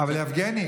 הוויכוח הזה,